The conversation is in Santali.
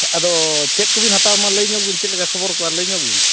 ᱟᱫᱚ ᱪᱮᱫ ᱠᱚᱵᱤᱱ ᱦᱟᱛᱟᱣᱟ ᱢᱟ ᱞᱟᱹᱭ ᱧᱚᱜᱽ ᱵᱤᱱ ᱪᱮᱫ ᱞᱮᱠᱟ ᱠᱚᱵᱚᱨ ᱠᱚ ᱢᱟ ᱞᱟᱹᱭ ᱧᱚᱜᱽ ᱵᱤᱱ